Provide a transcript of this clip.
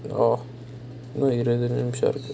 oh இன்னும் இருவது நிமிஷம் இருக்கு:innum iruvathu nimisham irukku